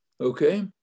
Okay